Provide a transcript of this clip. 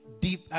deep